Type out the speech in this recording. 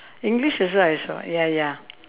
english also I saw ya ya